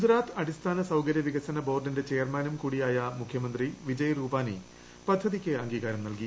ഗുജറാത്ത് അടിസ്ഥാന സൌകരൃ വികസന ബോർഡിന്റെ ചെയർമാനും കൂടിയായ മുഖ്യമന്ത്രി വിജയ് റൂപാനി പദ്ധതിക്ക് അംഗീകാരം നല്കി